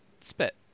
spit